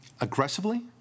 aggressively